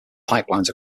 pipelines